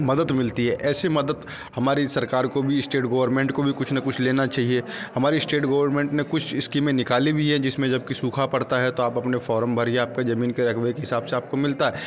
मदद मिलती है ऐसे मदद हमारी सरकार को भी स्टेट गवरमेंट को भी कुछ न कुछ लेना चाहिए हमारी स्टेट गवरमेंट ने कुछ स्कीमें निकाली भी है जिसमें जब कि सूखा पड़ता है तो आप अपने फॉर्म भरिए आपके ज़मीन के रकबे की हिसाब से आपको को मिलता है